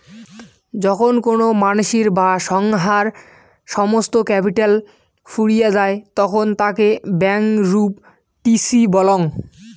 যখন কোনো মানসির বা সংস্থার সমস্ত ক্যাপিটাল ফুরিয়ে যায় তখন তাকে ব্যাংকরূপটিসি বলং